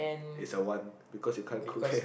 it's a one because you can't cook ppl